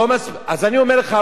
אז אני אומר לך,